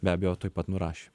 be abejo tuoj pat nurašė